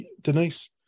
Denise